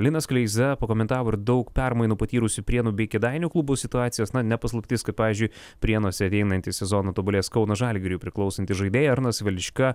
linas kleiza pakomentavo ir daug permainų patyrusių prienų bei kėdainių klubų situacijos na ne paslaptis kad pavyzdžiui prienuose ateinantį sezoną tobulės kauno žalgiriui priklausantys žaidėjai arnas velička